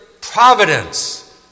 providence